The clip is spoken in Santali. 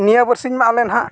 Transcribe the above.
ᱱᱤᱭᱟᱹ ᱵᱟᱨᱥᱤᱧ ᱢᱟ ᱟᱞᱮ ᱱᱟᱦᱟᱜ